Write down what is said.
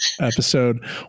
episode